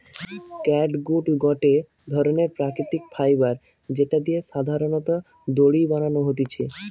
catgut গটে ধরণের প্রাকৃতিক ফাইবার যেটা দিয়ে সাধারণত দড়ি বানানো হতিছে